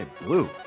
blue